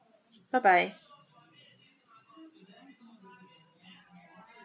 bye bye